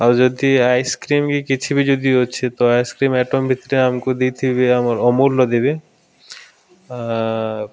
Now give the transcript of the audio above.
ଆଉ ଯଦି ଆଇସ୍କ୍ରିମ୍ କିଛି ବି ଯଦି ଅଛି ତ ଆଇସ୍କ୍ରିମ୍ ଆଇଟମ୍ ଭିତରେ ଆମକୁ ଦେଇଥିବେ ଆମର ଅମୂଲ୍ର ଦେବେ